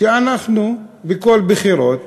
שבכל בחירות